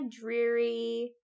dreary